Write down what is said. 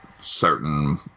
certain